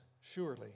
surely